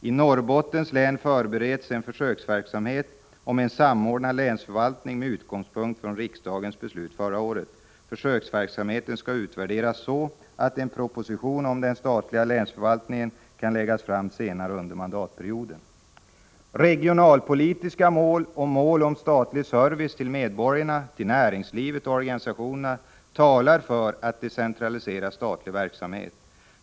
I Norrbottens län förbereds en försöksverksamhet med en samordnad länsförvaltning med utgångspunkt från riksdagens beslut förra året. Försöksverksamheten skall utvärderas så att en proposition om den statliga länsförvaltningen kan läggas fram senare under mandatperioden. Regionalpolitiska mål och mål för statlig service till medborgarna, näringslivet och organisationerna talar för en decentralisering av statlig verksamhet.